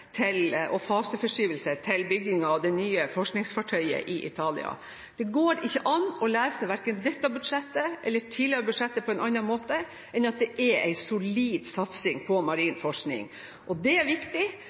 til bygging av det nye forskningsfartøyet i Italia. Det går ikke an å lese verken dette budsjettet eller tidligere budsjett på annen måte enn at det er en solid satsing på marin forskning. Og det er viktig,